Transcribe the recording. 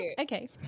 okay